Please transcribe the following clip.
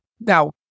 Now